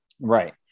right